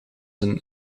een